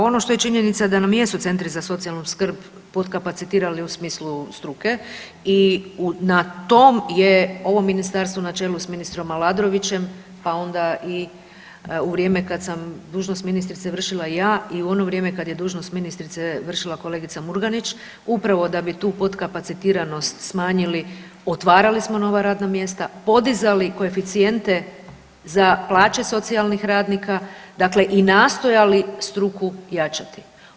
Ono što je činjenica da nam jesu centri za socijalnu skrb potkapacitirali u smislu struke i na tom je ovo ministarstvo na čelu s ministrom Aladrovićem, pa onda i u vrijeme kad sam dužnost ministrice vršila ja i u ono vrijeme kad je dužnost ministrice vršila kolegica Murganić upravo da bi tu potkapacitiranost smanjili otvarali smo nova radna mjesta, podizali koeficijente za plaće socijalnih radnika, dakle i nastojali struku jačati.